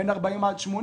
בין 40 80 קילומטר.